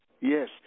Yes